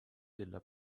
della